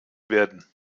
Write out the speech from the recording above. werden